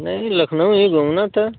नहीं लखनऊ ही घूमना था